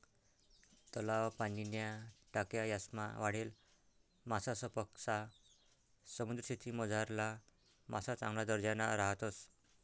तलाव, पाणीन्या टाक्या यासमा वाढेल मासासपक्सा समुद्रीशेतीमझारला मासा चांगला दर्जाना राहतस